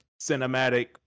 cinematic